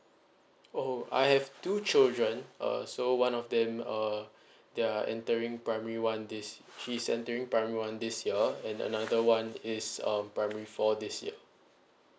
oh I have two children uh so one of them uh they are entering primary one this she's entering primary one this year and another one is um primary four this year